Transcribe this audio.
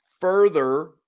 further